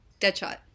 Deadshot